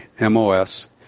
MOS